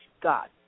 God